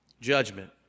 judgment